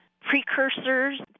precursors